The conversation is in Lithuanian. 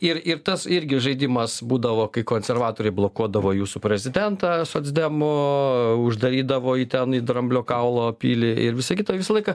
ir ir tas irgi žaidimas būdavo kai konservatoriai blokuodavo jūsų prezidentą socdemų uždarydavo į ten į dramblio kaulo pilį ir visa kita visą laiką